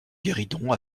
guéridon